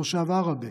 תושב עראבה,